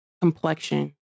complexion